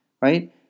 Right